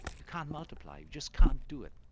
you can't multiply, you just can't do it.